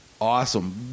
awesome